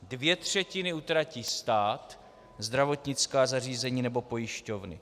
Dvě třetiny utratí stát, zdravotnická zařízení nebo pojišťovny.